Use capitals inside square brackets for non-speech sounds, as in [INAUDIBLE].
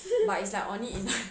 [LAUGHS]